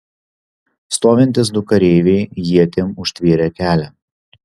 stovintys du kareiviai ietim užtvėrė kelią